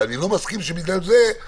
אבל אני לא מסכים שבגלל זה אנחנו